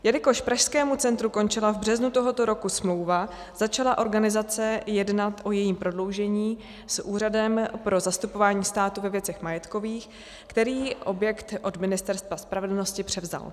Jelikož Pražskému centru končila v březnu tohoto roku smlouva, začala organizace jednat o jejím prodloužení s Úřadem pro zastupování státu ve věcech majetkových, který objekt od Ministerstva spravedlnosti převzal.